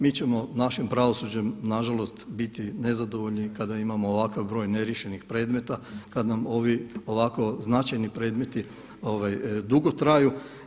Mi ćemo našim pravosuđem na žalost biti nezadovoljni kada imamo ovakav broj neriješenih predmeta, kada nam ovi ovako značajni predmeti dugo traju.